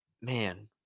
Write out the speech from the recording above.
man